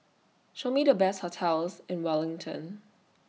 Show Me The Best hotels in Wellington